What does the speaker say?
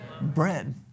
Bread